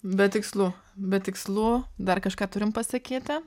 be tikslų be tikslų dar kažką turim pasakyti